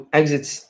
exits